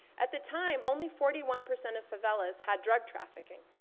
at the time only forty one percent of favelas had drug trafficking.